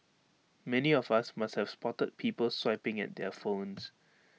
many of us must have spotted people swiping at their phones